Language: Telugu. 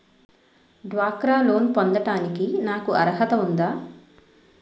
డ్వాక్రా లోన్ పొందటానికి నాకు అర్హత ఉందా?